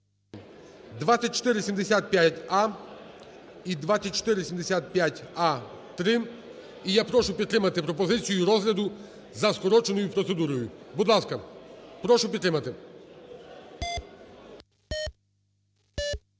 2475а і 2475а-3. І я прошу підтримати пропозицію розгляду за скороченою процедурою, будь ласка, прошу підтримати.